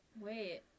Wait